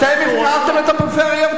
אתם הפקרתם את הפריפריה.